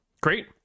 great